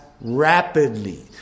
rapidly